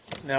now